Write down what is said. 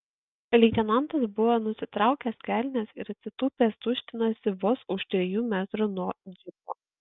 leitenantas buvo nusitraukęs kelnes ir atsitūpęs tuštinosi vos už trijų metrų nuo džipo